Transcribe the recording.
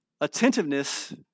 attentiveness